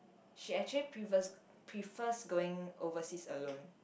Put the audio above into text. she actually g~ prefers going overseas alone